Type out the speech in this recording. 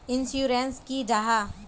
Insurance की जाहा?